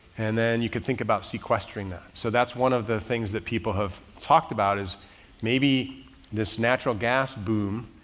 and then you can think about sequestering that. so that's one of the things that people have talked about is maybe this natural gas boom.